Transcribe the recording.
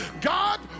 God